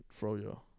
froyo